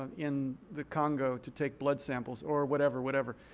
um in the congo to take blood samples or whatever, whatever.